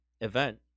event